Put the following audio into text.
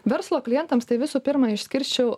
verslo klientams tai visų pirma išskirščiau